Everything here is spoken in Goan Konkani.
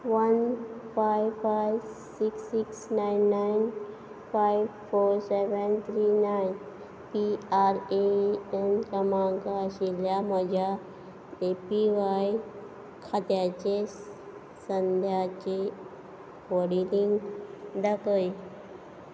one five five six six nine nine five four seven three nine P R A N क्रमांक आशिल्ल्या म्हज्या ए पी व्हाय खात्याचें सद्याचें होल्डींग दाखय